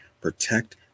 protect